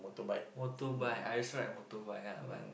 motorbike I also ride motorbike ah but